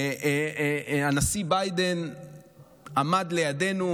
הנשיא ביידן עמד לידנו,